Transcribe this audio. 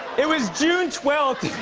it was june twelfth,